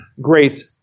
great